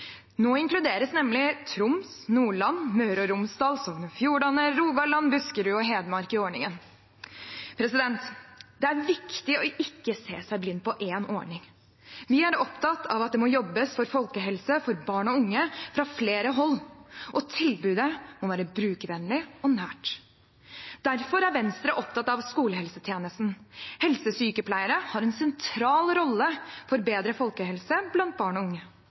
Nå inkluderes nemlig Troms, Nordland, Møre og Romsdal, Sogn og Fjordane, Rogaland, Buskerud og Hedmark i ordningen. Det er viktig å ikke se seg blind på én ordning. Vi er opptatt av at det må jobbes for folkehelse for barn og unge fra flere hold, og tilbudet må være brukervennlig og nært. Derfor er Venstre opptatt av skolehelsetjenesten. Helsesykepleiere har en sentral rolle for bedre folkehelse blant barn og unge.